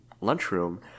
lunchroom